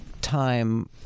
time